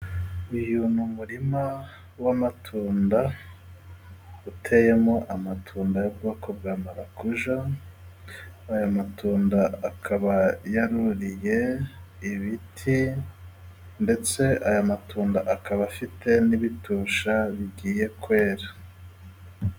Uyu ni umurima w'amatunda, uteyemo amatunda y'ubwoko bwa marakuja, aya matunda akaba yaruriye ibiti, ndetse aya matunda akaba afite n'ibitusha bigiye kwera.